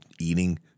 eating